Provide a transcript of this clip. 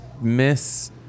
miss